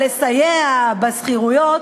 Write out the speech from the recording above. על לסייע בשכירויות,